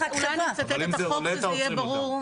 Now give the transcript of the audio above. אולי נצטט את החוק וזה יהיה ברור?